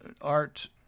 art